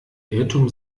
irrtum